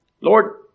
Lord